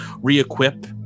re-equip